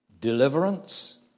deliverance